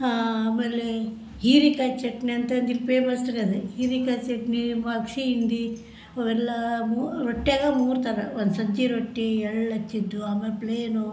ಆಮೇಲೆ ಹೀರೆಕಾಯ್ ಚಟ್ನಿ ಅಂತಂದು ಇಲ್ಲಿ ಪೇಮಸ್ ರೀ ಅದು ಹೀರೆಕಾಯ್ ಚಟ್ನಿ ಅಗ್ಸೆ ಹಿಂಡಿ ಅವೆಲ್ಲ ಮು ರೊಟ್ಯಾಗೆ ಮೂರು ಥರ ಒಂದು ಸಜ್ಜೆ ರೊಟ್ಟಿ ಎಳ್ಳು ಹಚ್ಚಿದ್ದು ಆಮೇಲೆ ಪ್ಲೇನು